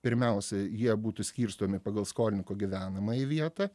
pirmiausia jie būtų skirstomi pagal skolininko gyvenamąją vietą